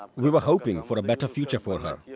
we were hoping for a better future for her. yeah